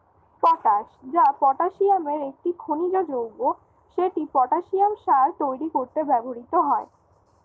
potash, যা পটাসিয়ামের একটি খনিজ যৌগ, সেটি পটাসিয়াম সার তৈরি করতে ব্যবহৃত হয়